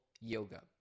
Yoga